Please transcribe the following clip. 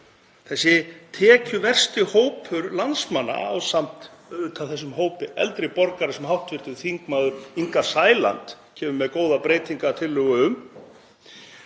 þessi tekjuversti hópur landsmanna, ásamt þessum hópi eldri borgara sem hv. þm. Inga Sæland kemur með góða breytingartillögu um,